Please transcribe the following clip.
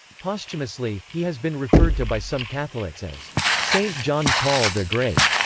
posthumously, he has been referred to by some catholics as st. john paul the great,